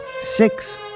six